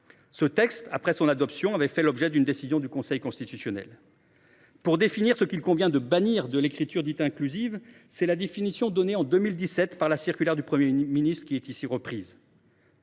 Ce texte, après son adoption, a fait l’objet d’une décision du Conseil constitutionnel. Pour définir ce qu’il convient de bannir de l’écriture dite inclusive, c’est la définition donnée en 2017 par la circulaire du Premier ministre qui est ici reprise.